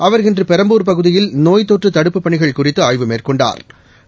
அவர் இன்று பெரம்பூர் பகுதியில் நோய் தொற்று தடுப்புப் பணிகள் குறித்து ஆய்வு மேற்கொண்டாா்